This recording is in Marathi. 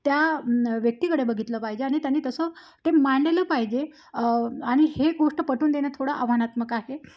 त्या व्यक्तीकडे बघितलं पाहिजे आणि त्यांनी तसं ते मांडलं पाहिजे आणि हे गोष्ट पटवून देणं थोडं आव्हानात्मक आहे